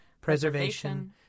preservation